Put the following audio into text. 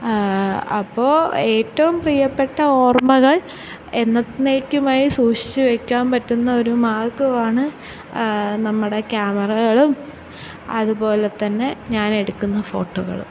അപ്പോൾ ഏറ്റവും പ്രിയപ്പെട്ട ഓർമ്മകൾ എന്നന്നേക്കുമായി സൂഷിച്ച് വയ്ക്കാന് പറ്റുന്ന ഒരു മാർഗ്ഗവുമാണ് നമ്മുടെ ക്യാമറകളും അത്പോലെ തന്നെ ഞാൻ എടുക്കുന്ന ഫോട്ടോകളും